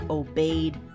obeyed